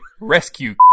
Rescue